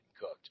cooked